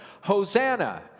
Hosanna